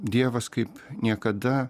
dievas kaip niekada